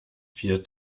vier